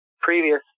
previous